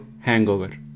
Hangover